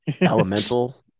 Elemental